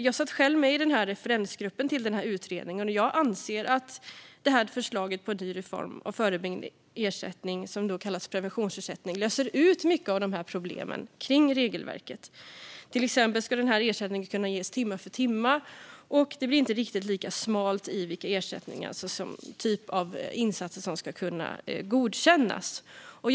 Jag satt själv med i referensgruppen till utredningen, och jag anser att detta förslag på en ny form av förebyggande ersättning, som kallas preventionsersättning, löser många av problemen kring regelverket. Ersättningen ska till exempel kunna ges timme för timme, och det blir inte riktigt lika smalt när det gäller vilken typ av insatser som ska kunna godkännas för ersättning.